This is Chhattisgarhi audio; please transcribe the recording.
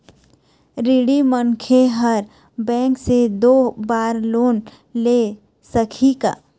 ऋणी मनखे हर बैंक से दो बार लोन ले सकही का?